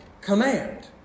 command